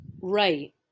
Right